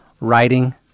writing